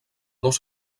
dos